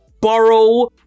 borrow